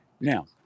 Now